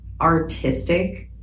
artistic